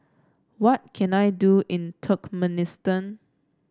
what can I do in Turkmenistan